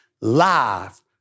live